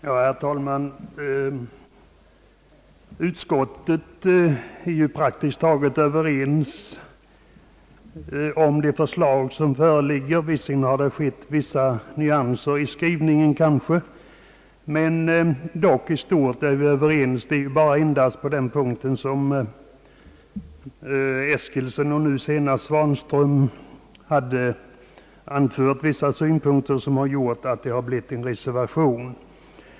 Herr talman! Utskottet är ju praktiskt taget överens om de förslag som föreligger, låt vara att det blivit vissa nyanser i skrivningen. Det är endast på den punkt, där herr Eskilsson och nu senast herr Svanström anfört vissa synpunkter, som det har avgivits en reservation.